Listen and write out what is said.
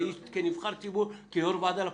כנבחר ציבור וכיושב-ראש ועדה לפרוטוקול.